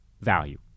value